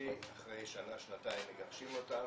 החופשי ואחרי שנה-שנתיים מגרשים אותם